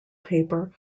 paper